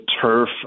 turf